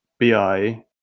BI